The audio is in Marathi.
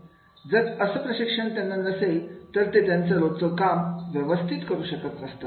जर असं प्रशिक्षण त्यांना नसेल तर ते त्यांचं रोजचं काम व्यवस्थित करू शकत नसतात